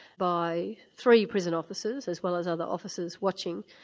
by three prison officers as well as other officers watching,